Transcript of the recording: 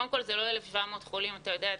קודם כל, אלה לא 1,700 חולים ואתה יודע זאת.